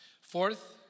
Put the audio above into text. Fourth